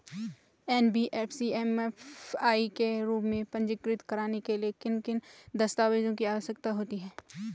NBFC MFI के रूप में पंजीकृत कराने के लिए किन किन दस्तावेज़ों की आवश्यकता होती है?